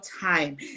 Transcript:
time